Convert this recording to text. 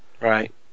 Right